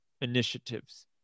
initiatives